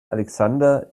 alexander